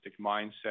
mindset